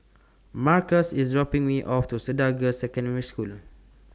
Markus IS dropping Me off to Cedar Girls' Secondary scholar